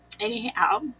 Anyhow